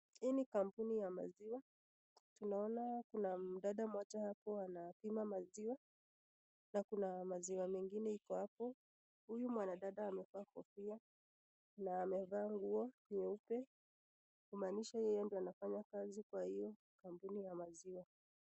Hii ni kampuni ya maziwa tunaona kuna mtoto moja hapo anapima maziwa na Kuna maziwa mengine ziko hapo huyu mwanadada amefaa kofia na amefaa nguo nyeupe kumanisha yeye anafanya kazi Kwa hiyo kampuni ya maziwa.